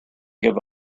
give